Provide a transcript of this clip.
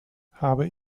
habe